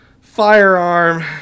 firearm